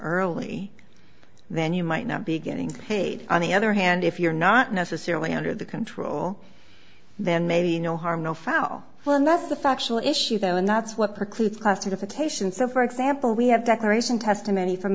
early then you might not be getting paid on the other hand if you're not necessarily under the control then maybe no harm no foul well and that's the factual issue though and that's what precludes classification so for example we have declaration testimony from